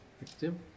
Victim